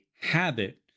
habit